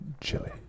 Chili